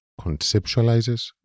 conceptualizes